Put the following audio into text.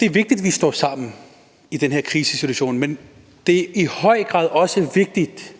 Det er vigtigt, at vi står sammen i den her krisesituation, men det er i høj grad også vigtigt,